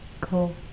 Cool